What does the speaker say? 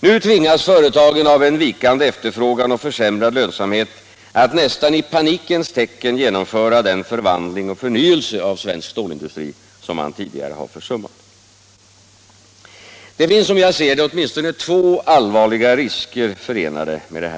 Nu tvingas företagen av en vikande efterfrågan och försämrad lönsamhet att nästan i panikens tecken genomföra den förvandling och förnyelse av svensk stålindustri, som man tidigare försummat. Som jag ser det är åtminstone två allvarliga risker förenade med detta.